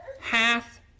hath